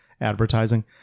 advertising